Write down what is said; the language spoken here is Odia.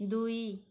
ଦୁଇ